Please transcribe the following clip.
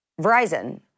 Verizon